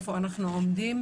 איפה אנחנו עומדים,